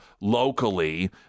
locally